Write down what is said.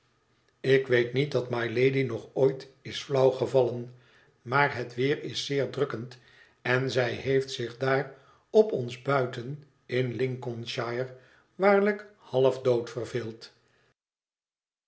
ik weet niet dat mylady nog ooit is flauw gevallen maar het weer is zeer drukkend en zij heeft zich daar op ons buiten in lincolnshire waarlijk half dood verveeld